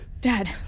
Dad